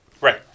Right